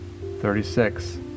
Thirty-six